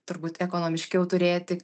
turbūt ekonomiškiau turėti